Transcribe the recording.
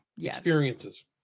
experiences